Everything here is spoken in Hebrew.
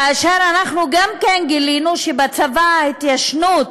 אנחנו גילינו שגם בצבא ההתיישנות